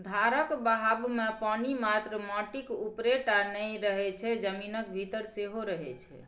धारक बहावमे पानि मात्र माटिक उपरे टा नहि रहय छै जमीनक भीतर सेहो रहय छै